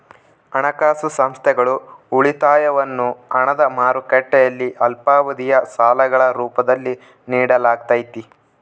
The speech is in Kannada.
ಹಣಕಾಸು ಸಂಸ್ಥೆಗಳು ಉಳಿತಾಯವನ್ನು ಹಣದ ಮಾರುಕಟ್ಟೆಯಲ್ಲಿ ಅಲ್ಪಾವಧಿಯ ಸಾಲಗಳ ರೂಪದಲ್ಲಿ ನಿಡಲಾಗತೈತಿ